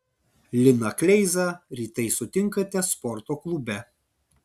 liną kleizą rytais sutinkate sporto klube